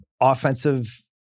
offensive